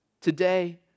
Today